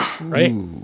Right